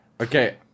Okay